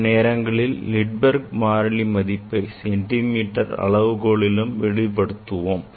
சில நேரங்களில் Rydberg மாறிலி மதிப்பை சென்டிமீட்டர் அளவு கோலிலும் வெளிப்படுத்துவோம்